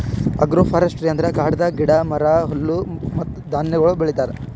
agro forestry ಅಂದುರ್ ಕಾಡದಾಗ್ ಗಿಡ, ಮರ, ಹುಲ್ಲು ಮತ್ತ ಧಾನ್ಯಗೊಳ್ ಬೆಳಿತಾರ್